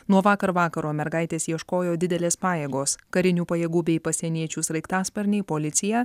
nuo vakar vakaro mergaitės ieškojo didelės pajėgos karinių pajėgų bei pasieniečių sraigtasparniai policija